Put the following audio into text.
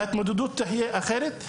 לכן גם ההתמודדות תהיה אחרת ומותאמת לכל מקום.